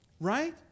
Right